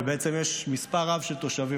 ובעצם יש מספר רב של תושבים,